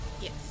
Yes